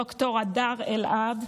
וד"ר הדר אלעד,